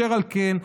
אשר על כן,